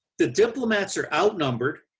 the diplomats are outnumbered,